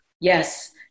Yes